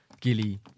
Gilly